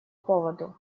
поводу